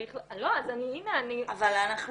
לא, אז הנה אני -- אבל אנחנו